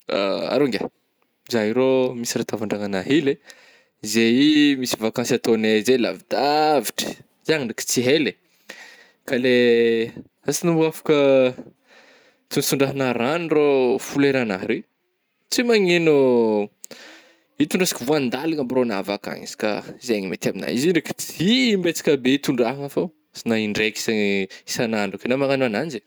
Ah rô ngiahy, zah io rô ôh misy raha tavandragnana hely eh, zey ih misy vakansy ataognay zey lavidavitra, zany ndraiky tsy ela eeh, ka le, ansa na mbô afaka tondr-tondrahagnao ragno rô foleragnà reo, tsy magnino oh itondrasako voandalagna brô agnah avy akagny isaka zany mety amigna. Izy ndraiky tsy ih im-betsaka be tondrahagna fô ansa na indraiky isa-isan'andro akeo agnao magnano agnazy eh.